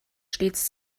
stets